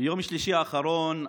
ביום שלישי האחרון,